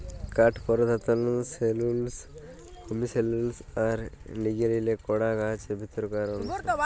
কাঠ পরধালত cellulose, hemicellulose অ লিগলিলে গড়া গাহাচের ভিতরকার অংশ